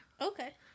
Okay